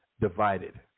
divided